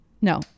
no